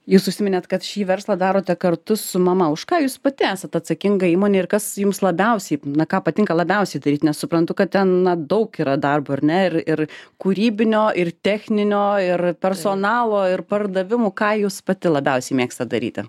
jūs užsiminėt kad šį verslą darote kartu su mama už ką jūs pati esat atsakinga įmonėj ir kas jums labiausiai na ką patinka labiausiai daryt nes suprantu kad ten na daug yra darbo ar ne ir ir kūrybinio ir techninio ir personalo ir pardavimų ką jūs pati labiausiai mėgstat daryti